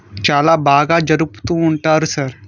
చాలా బాగా జరుపుతు ఉంటారు సార్